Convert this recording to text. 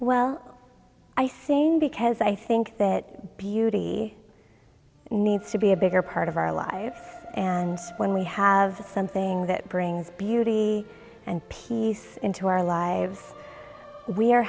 well i think because i think that beauty needs to be a bigger part of our lives and when we have something that brings beauty and peace into our lives we are